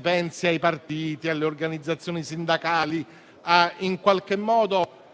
pensiamo ai partiti, alle organizzazioni sindacali, ad